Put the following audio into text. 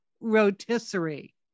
Rotisserie